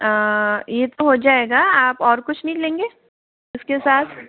ये तो हो जाएगा आप और कुछ नहीं लेंगे इसके साथ